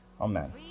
Amen